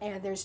and there's